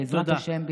בעזרת השם,